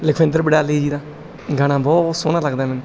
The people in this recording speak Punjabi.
ਲਖਵਿੰਦਰ ਵਡਾਲੀ ਜੀ ਦਾ ਗਾਣਾ ਬਹੁਤ ਸੋਹਣਾ ਲੱਗਦਾ ਮੈਨੂੰ